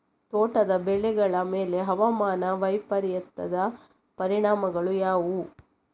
ತೋಟದ ಬೆಳೆಗಳ ಮೇಲೆ ಹವಾಮಾನ ವೈಪರೀತ್ಯದ ಪರಿಣಾಮಗಳು ಯಾವುವು?